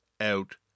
out